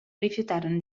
rifiutarono